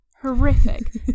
horrific